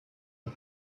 and